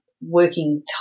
working